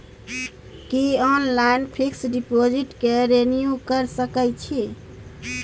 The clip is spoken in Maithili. की ऑनलाइन फिक्स डिपॉजिट के रिन्यू के सकै छी?